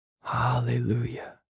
Hallelujah